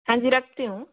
हाँ जी रखती हूँ